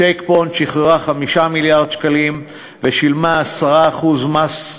"צ'ק פוינט" שחררה 5 מיליארד שקלים ושילמה 10% מס,